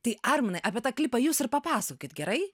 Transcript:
tai arminui apie tą klipą jus ir papasakokit gerai